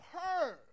heard